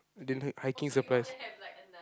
then the hiking supplies